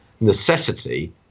necessity